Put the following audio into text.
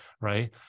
right